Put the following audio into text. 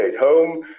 home